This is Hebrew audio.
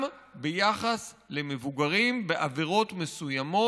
של התמודדות עם פשיעה ועם עבריינות.